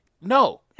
No